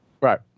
Right